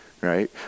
right